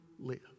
Live